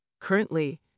Currently